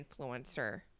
influencer